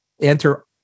enter